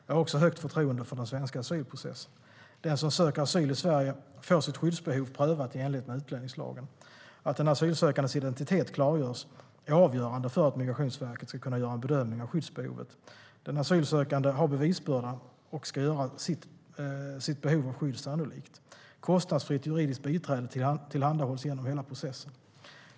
Jag har också högt förtroende för den svenska asylprocessen. Den som söker asyl i Sverige får sitt skyddsbehov prövat i enlighet med utlänningslagen. Att en asylsökandes identitet klargörs är avgörande för att Migrationsverket ska kunna göra en bedömning av skyddsbehovet. Den asylsökande har bevisbördan och ska göra sitt behov av skydd sannolikt. Kostnadsfritt juridiskt biträde tillhandahålls genom hela processen.